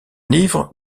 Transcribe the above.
livre